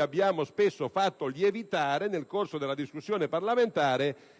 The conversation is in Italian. abbiamo spesso fatto lievitare, nel corso della discussione parlamentare,